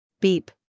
Beep